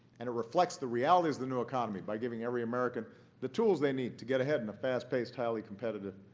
and it reflects the realities of the new economy by giving every american the tools they need to get ahead in a fast-paced, highly competitive,